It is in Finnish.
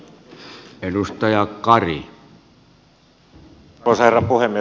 arvoisa herra puhemies